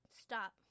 stop